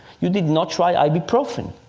you did not try ibuprofen.